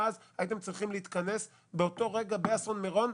אז שהיא הייתה צריכה להתכנס מייד אחרי אסון מירון,